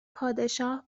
پادشاه